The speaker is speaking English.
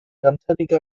antennae